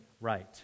right